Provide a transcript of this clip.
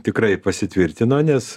tikrai pasitvirtino nes